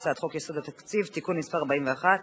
הצעת חוק יסודות התקציב (תיקון מס' 41),